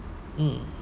mm